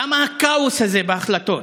למה הכאוס הזה בהחלטות?